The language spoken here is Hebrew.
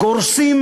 גורסים